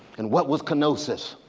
and what was kenosis.